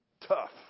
tough